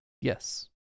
Yes